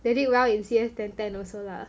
they did well in C_S ten ten also lah